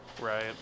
right